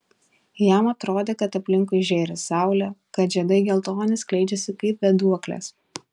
jam atrodė kad aplinkui žėri saulė kad žiedai geltoni skleidžiasi kaip vėduoklės